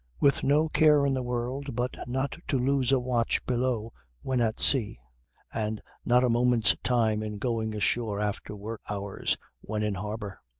with no care in the world but not to lose a watch below when at sea and not a moment's time in going ashore after work hours when in harbour.